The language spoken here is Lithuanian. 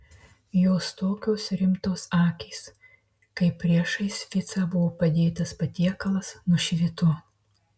jos tokios rimtos akys kai priešais ficą buvo padėtas patiekalas nušvito